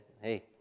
hey